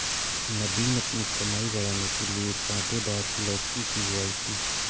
नवीन अपनी कमाई बढ़ाने के लिए कांटेदार लौकी की बुवाई की